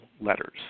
letters